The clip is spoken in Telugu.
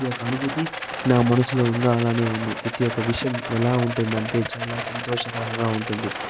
ప్రతి ఒక అనుభూతి నా మనసులో ఇంకా అలానే ఉంది ప్రతి ఒక విషయం ఎలా ఉంటుందంటే చాలా సంతోషకరంగా ఉంటుంది